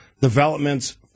developments